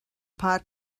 pot